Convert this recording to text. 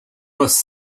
was